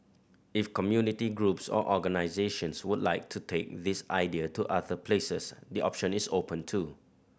if community groups or organisations would like to take this idea to other places the option is open too